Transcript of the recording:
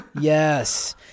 yes